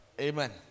Amen